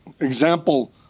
example